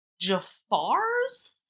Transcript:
Jafar's